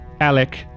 Alec